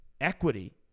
Equity